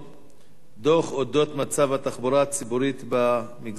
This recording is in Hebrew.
דוח על מצב התחבורה הציבורית במגזר הערבי,